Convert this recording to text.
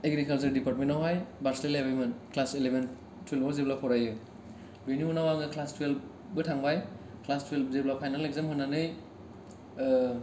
एग्रिकालसार department आवहाय बार्स्लायलायबायमोन class eleven थुयेल्प आव जेब्ला फरायो बिनि उनाव आङो क्लास थुयेल्पबो थांबाय क्लास थुयेल्प जेब्ला फाइनाल एग्जाम होननानै